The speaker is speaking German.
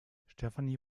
stefanie